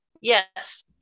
yes